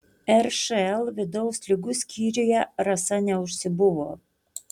ršl vidaus ligų skyriuje rasa neužsibuvo